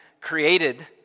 created